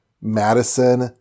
Madison